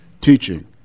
teaching